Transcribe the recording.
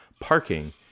Parking